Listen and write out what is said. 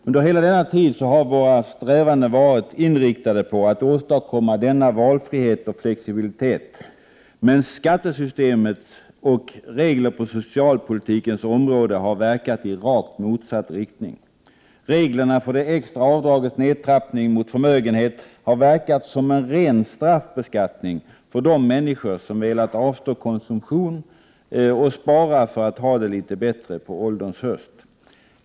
Under hela denna tid då våra strävanden varit inriktade på att åstadkomma denna valfrihet och flexibilitet har skattesystemet och regler på socialpolitikens område verkat i rakt motsatt riktning. Reglerna för det extra avdragets nedtrappning mot förmögenhet har verkat som en ren straffbeskattning för de människor som velat avstå konsumtion och spara för att ha det litet bättre på ålderns höst.